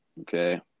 Okay